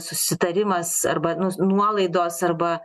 susitarimas arba nu nuolaidos arba